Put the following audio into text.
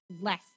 less